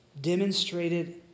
demonstrated